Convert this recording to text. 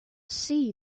see